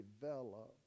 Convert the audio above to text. develop